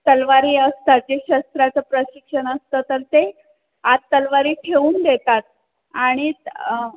तलवारी असतात जे शस्त्राचं प्रशिक्षण असतं तर ते आत तलवारी ठेवून देतात आणि